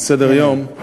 הצעה לסדר-היום.